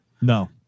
no